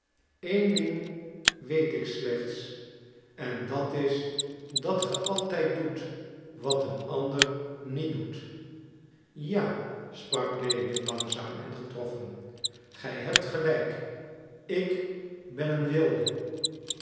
een ding weet ik slechts en dat is dat ge altijd doet wat een ander niet doet ja sprak lewin langzaam en getroffen gij hebt gelijk ik ben een wilde